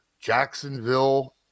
Jacksonville